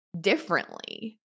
differently